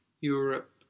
Europe